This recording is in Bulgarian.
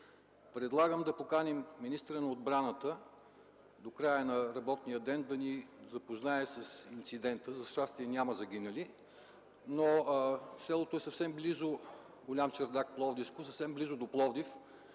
Предлагам да поканим министъра на отбраната до края на работния ден да ни запознае с инцидента. За щастие, няма загинали. Село Голям Чардак, Пловдивско, е съвсем близо до Пловдив.